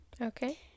Okay